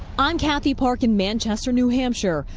i'm kathy park in manchester, new hampshire,